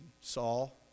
Saul